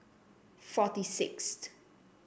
forty sixth